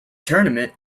tournament